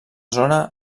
zona